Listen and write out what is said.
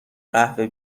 قهوه